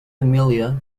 emilia